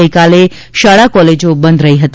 ગઇકાલે શાળા કોલેજો બંધ રહી હતી